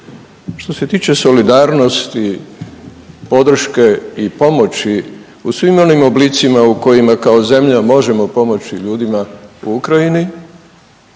Što se tiče solidarnosti, podrške i pomoći u svim onim oblicima u kojima kao zemlja možemo pomoći ljudima u Ukrajini,